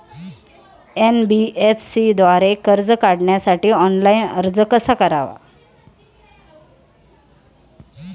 NBFC द्वारे कर्ज काढण्यासाठी ऑनलाइन अर्ज कसा करावा?